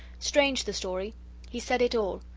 strange the story he said it all,